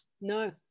no